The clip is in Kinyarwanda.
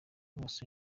bose